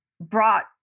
brought